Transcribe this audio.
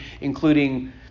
including